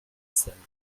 sunday